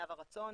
נאוה רצון.